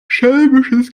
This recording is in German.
schelmisches